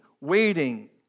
waiting